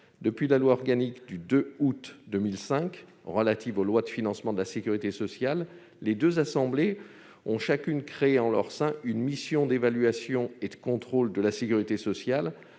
depuis la loi organique du 2 août 2005 relative aux lois de financement de la sécurité sociale, les deux assemblées ont chacune créé en leur sein une mission d'évaluation et de contrôle de la sécurité sociale